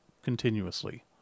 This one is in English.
continuously